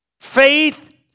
Faith